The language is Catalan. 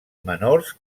menors